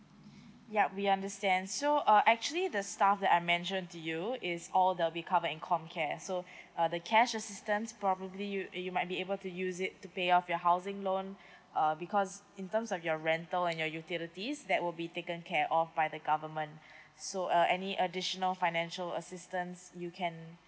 yup we understand so uh actually the stuff that I mentioned to you is all that we cover in com care so uh the cash assistance probably you you might be able to use it to pay off your housing loan uh because in terms of your rental and your utilities that will be taken care of by the government so uh any additional financial assistance you can